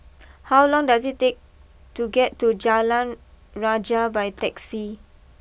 how long does it take to get to Jalan Rajah by taxi